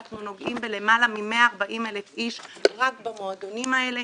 אנחנו נוגעים בלמעלה מ-140,000 איש רק במועדונים האלה.